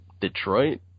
Detroit